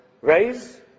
raise